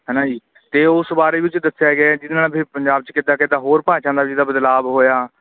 ਹੈ ਨਾ ਜੀ ਤੇ ਉਸ ਬਾਰੇ ਵਿੱਚ ਦੱਸਿਆ ਗਿਆ ਜਿਹਦੇ ਨਾਲ ਫਿਰ ਪੰਜਾਬ 'ਚ ਕਿੱਦਾਂ ਕਿੱਦਾਂ ਹੋਰ ਭਾਸ਼ਾ ਦਾ ਜਿਹਦਾ ਬਦਲਾਵ ਹੋਇਆ